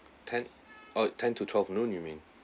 ten oh ten to twelve noon you mean